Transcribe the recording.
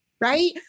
right